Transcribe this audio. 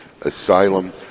asylum